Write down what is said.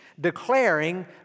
Declaring